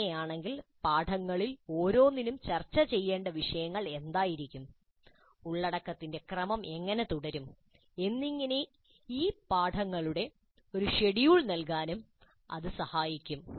അങ്ങനെയാണെങ്കിൽ ഈ പാഠങ്ങളിൽ ഓരോന്നിനും ചർച്ച ചെയ്യേണ്ട വിഷയങ്ങൾ എന്തായിരിക്കും ഉള്ളടക്കത്തിന്റെ ക്രമം എങ്ങനെ തുടരും എന്നിങ്ങനെ ഈ പാഠങ്ങളുടെ ഒരു ഷെഡ്യൂൾ നൽകാനും ഇത് സഹായിക്കും